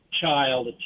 child